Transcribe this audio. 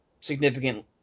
significant